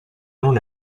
non